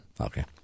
Okay